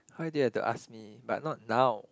[huh] why do you have to ask me but not now